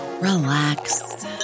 Relax